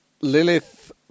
Lilith